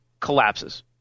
collapses